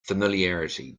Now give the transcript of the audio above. familiarity